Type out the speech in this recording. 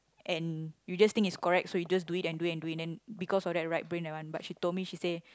and you just think it's correct so you just do it and do it and do it then because of that right brain that one but she told me she say